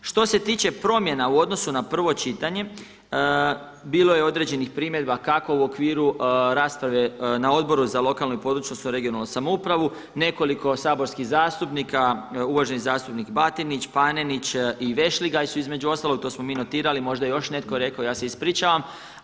Što se tiče promjena u odnosu na prvo čitanje bilo je određenih primjedba kako u okviru rasprave na Odboru za lokalnu i područnu odnosno regionalnu samoupravu nekoliko saborskih zastupnika, uvaženi zastupnik Batinić, Panenić i Vešligaj su između ostalog to smo mi notirali, možda je još netko rekao, ja se ispričavam.